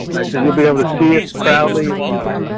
i said, you'll be able to see it proudly. you know,